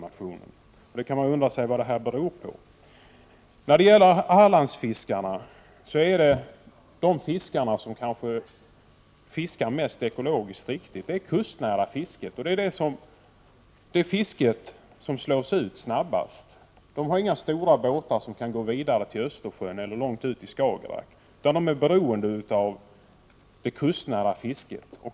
Man kan undra vad det beror på. Hallandsfiskarna är kanske de som fiskar mest ekologiskt riktigt. Det är kustnära fiske. Men det fisket slås ut snabbt. Fiskarna har inga stora båtar som kan gå ut i Östersjön eller långt ut i Skagerrak, utan de är beroende av det kustnära fisket.